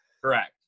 Correct